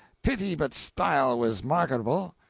pity but style was marketable.